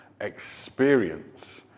experience